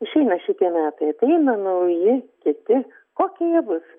išeina šitie metai ateina nauji kiti kokie jie bus